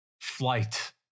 flight